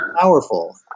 Powerful